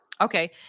okay